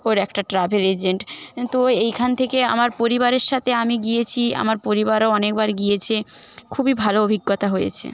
ওর একটা travel agent তো এইখান থেকে আমার পরিবারের সাথে আমি গিয়েছি আমার পরিবারও অনেকবার গিয়েছে খুবই ভালো অভিজ্ঞতা হয়েছে